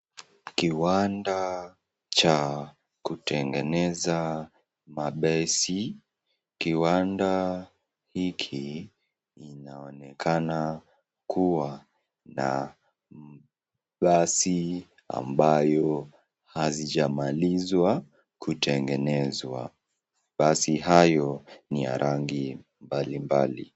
Kiwanda cha kutengeneza mabasi. Kiwanda hiki kinaonekana kuwa na basi ambazo hazijamaliza kutengenezwa. basi hizi ni za rangi mbalimbali.